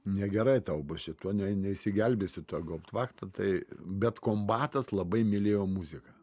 negerai tau bus šituo ne neišsigelbėsi ta gauptvachta tai bet kombatas labai mylėjo muziką